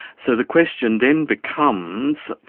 so the question then becomes,